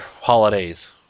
holidays